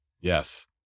Yes